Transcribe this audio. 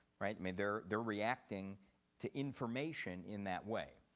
right? i mean they're they're reacting to information in that way.